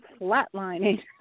flatlining